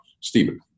Stephen